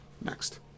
next